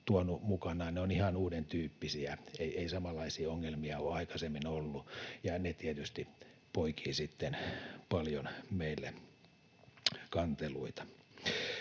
tuonut mukanaan, ovat ihan uudentyyppisiä. Ei samanlaisia ongelmia ole aikaisemmin ollut. Ne tietysti poikivat sitten paljon meille kanteluita.